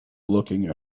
looking